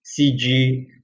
CG